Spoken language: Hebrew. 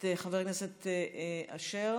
את חבר הכנסת אשר,